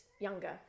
younger